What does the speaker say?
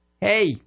Hey